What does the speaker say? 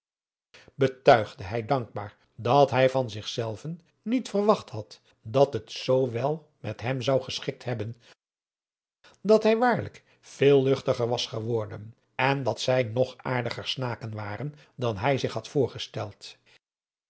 betuigde hij dankbaar dat hij van zichzelven niet verwacht had dat het zoo wel met hem zou geschikt hebben dat hij waarlijk veel luchtiger was geworden en dat zij nog aardiger snaken waren dan hij zich had voorgesteld